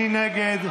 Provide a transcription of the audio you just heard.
מי נגד?